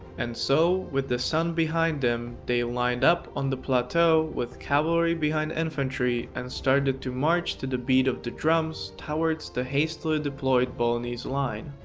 and so with the sun behind them, they lined up on the plateau, with cavalry behind infantry and started to march to the beat of the drums towards now hastily deployed bolognese line.